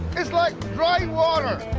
it's like dry water!